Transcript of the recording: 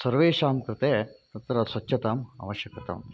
सर्वेषां कृते तत्र स्वच्छताम् आवश्यकता